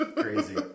Crazy